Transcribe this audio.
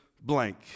blank